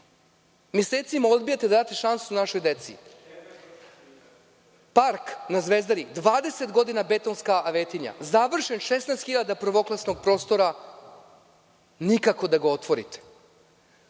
Mesecima odbijate da date šansu našoj deci. Park na Zvezdari, 20 godina betonska avetinja, završen, 16.000 prvoklasnog prostora, nikako da ga otvorite.